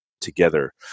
together